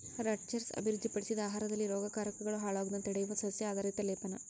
Rutgers ಅಭಿವೃದ್ಧಿಪಡಿಸಿದ ಆಹಾರದಲ್ಲಿ ರೋಗಕಾರಕಗಳು ಹಾಳಾಗೋದ್ನ ತಡೆಯುವ ಸಸ್ಯ ಆಧಾರಿತ ಲೇಪನ